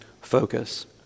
focus